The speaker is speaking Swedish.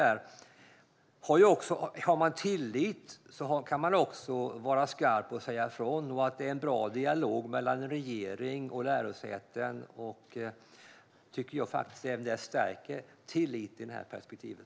Har man tillit kan man också vara skarp och säga ifrån. Att det är en bra dialog mellan regeringen och lärosätena tycker jag faktiskt stärker tilliten i det perspektivet.